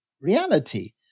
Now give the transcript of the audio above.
reality